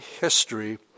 history